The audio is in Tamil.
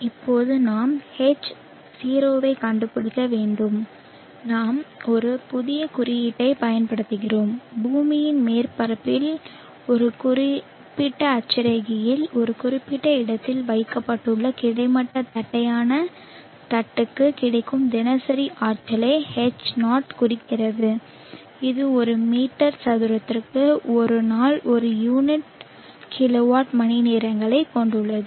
இப்போது நாம் H 0 ஐக் கண்டுபிடிக்க வேண்டும் நான் ஒரு புதிய குறியீட்டைப் பயன்படுத்துகிறேன் பூமியின் மேற்பரப்பில் ஒரு குறிப்பிட்ட அட்சரேகையில் ஒரு குறிப்பிட்ட இடத்தில் வைக்கப்பட்டுள்ள கிடைமட்ட தட்டையான தட்டுக்கு கிடைக்கும் தினசரி ஆற்றலை H0 குறிக்கிறது இது ஒரு மீட்டர் சதுரத்திற்கு ஒரு நாள் ஒரு யூனிட் கிலோவாட் மணிநேரங்களைக் கொண்டுள்ளது